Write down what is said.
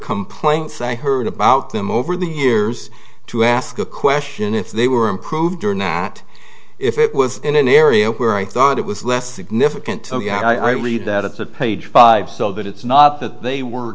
complaints i heard about them over the years to ask a question if they were improved or not if it was in an area where i thought it was less significant i read that it's a page five so that it's not that they were